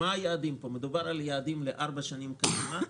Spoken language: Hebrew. מדובר על יעדים לארבע שנים קדימה.